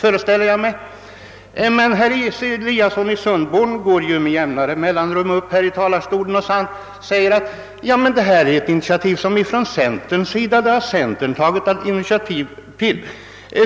Men herr Eliasson i Sundborn går ju med vissa mellanrum upp i talarstolen och säger: Detta är en åtgärd som centerpartiet tagit initiativ till.